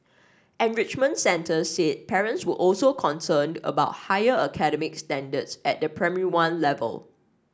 enrichment centres said parents were also concerned about higher academic standards at the Primary One level